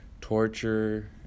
Torture